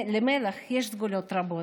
למלח יש סגולות רבות: